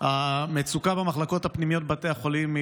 המצוקה במחלקות הפנימיות בבתי החולים היא